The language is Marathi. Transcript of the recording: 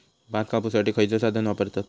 भात कापुसाठी खैयचो साधन वापरतत?